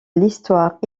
l’histoire